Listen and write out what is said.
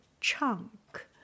chunk